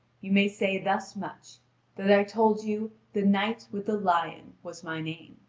you may say thus much that i told you the knight with the lion was my name.